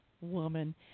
woman